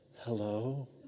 Hello